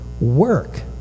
work